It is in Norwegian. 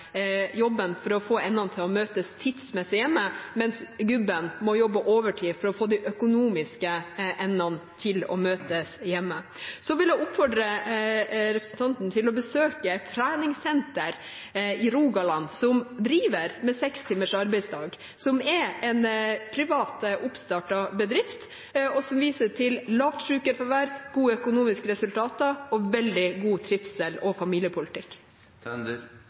for å få endene til å møtes tidsmessig hjemme, mens gubben må jobbe overtid for å få de økonomiske endene til å møtes. Så vil jeg oppfordre representanten Tønder til å besøke et treningssenter i Rogaland som driver med 6-timers arbeidsdag. Det er en privat oppstartet bedrift, som viser til lavt sykefravær, gode økonomiske resultater og veldig god trivsel og familiepolitikk.